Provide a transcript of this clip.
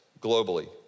globally